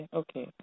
okay